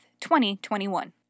2021